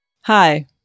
Hi